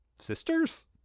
sisters